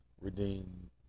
redeem